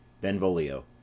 Benvolio